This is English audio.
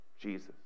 Jesus